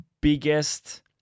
biggest